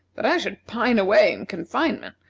that i should pine away in confinement,